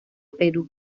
perú